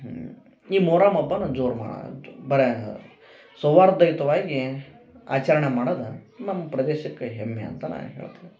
ಈ ಮೊಹರಮ್ ಹಬ್ಬನ ಜೋರು ಮಾಡರಂತು ಭಾರಿ ಸೌಹಾರ್ದಯುತವಾಗಿ ಆಚರಣೆ ಮಾಡದ ನಮ್ಮ ಪ್ರದೇಶಕ್ಕ ಹೆಮ್ಮೆ ಅಂತ ನಾ ಹೇಳ್ತೀನಿ